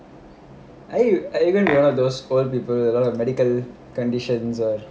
I even remember those old people a lot of medical conditions all